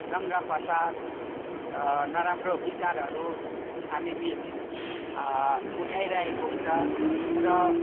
दङ्गा फसाद नराम्रो विचारहरू हामी बिच उठाइरहेको हुन्छ र